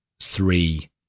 three